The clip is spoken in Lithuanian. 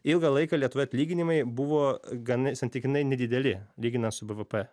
ilgą laiką lietuvoje atlyginimai buvo gan santykinai nedideli lyginant su bvp